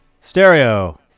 Stereo